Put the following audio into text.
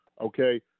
Okay